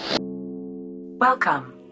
Welcome